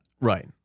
Right